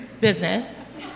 business